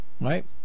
right